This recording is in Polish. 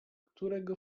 którego